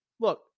Look